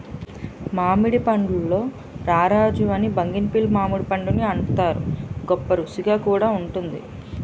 మామిడి పండుల్లో రారాజు అని బంగినిపల్లి మామిడిపండుని అంతారు, గొప్పరుసిగా కూడా వుంటుంది